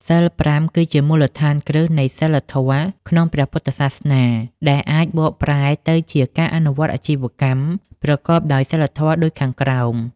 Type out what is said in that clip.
សីល៥ គឺជាមូលដ្ឋានគ្រឹះនៃសីលធម៌ក្នុងព្រះពុទ្ធសាសនា ដែលអាចបកប្រែទៅជាការអនុវត្តអាជីវកម្មប្រកបដោយសីលធម៌ដូចខាងក្រោម